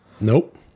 Nope